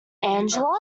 angela